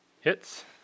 Hits